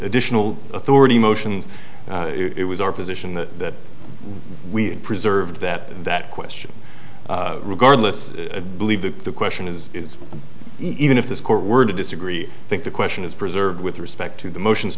additional authority motions it was our position that we preserved that that question regardless believe that the question is is even if this court were to disagree i think the question is preserved with respect to the motions